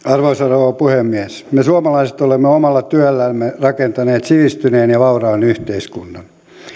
arvoisa rouva puhemies me suomalaiset olemme omalla työllämme rakentaneet sivistyneen ja vauraan yhteiskunnan